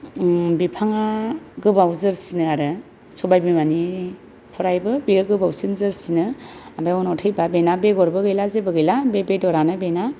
बिफाङा गोबाव जोरसिनो आरो सबाय बिमानिफ्रायबो बेयो गोबावसिन जोरसिनो ओमफाय उनाव थैब्ला बेना बेगरबो गैला जेबो गैला बे बेदरानो बेना